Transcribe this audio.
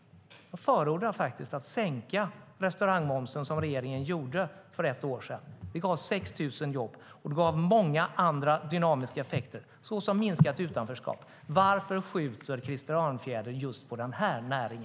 Jag förordar att man sänker restaurangmomsen, som regeringen gjorde för ett år sedan. Det gav 6 000 jobb, och det gav många andra dynamiska effekter såsom minskat utanförskap. Varför skjuter Krister Örnfjäder just på denna näring?